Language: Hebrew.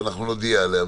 אנחנו נודיע עליה.